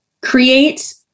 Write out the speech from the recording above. create